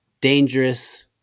dangerous